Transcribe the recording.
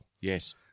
Yes